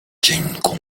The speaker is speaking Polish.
cienką